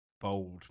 Bold